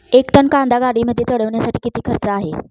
एक टन कांदा गाडीमध्ये चढवण्यासाठीचा किती खर्च आहे?